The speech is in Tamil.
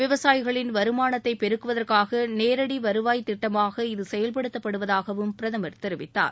விவசாயிகளின் வருமானத்தை பெருக்குவதற்காக நேரடி வருவாய் திட்டமாக இது செயல்படுத்தப்படுவதாகவும் பிரதமர் தெரிவித்தார்